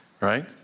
Right